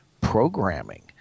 programming